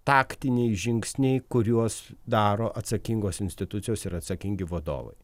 taktiniai žingsniai kuriuos daro atsakingos institucijos ir atsakingi vadovai